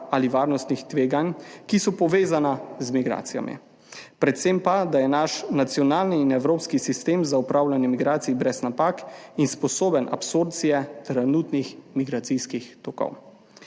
ali varnostnih tveganj, ki so povezana z migracijami. Predvsem pa, da je naš nacionalni in evropski sistem za upravljanje migracij brez napak in sposoben absorpcije trenutnih migracijskih tokov.